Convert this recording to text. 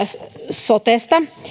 sotesta